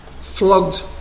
flogged